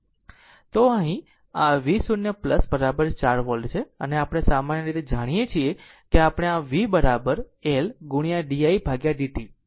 તો અહીં આ v0 4 વોલ્ટ છે અને આપણે સામાન્ય રીતે જાણીએ છીએ કે આપણે v L ગુણ્યા didt જાણીએ છીએ